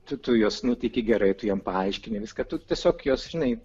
tu tu juos nuteiki gerai tu jiems paaiškini viską tu tiesiog juos žinai